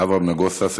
אברהם נגוסה,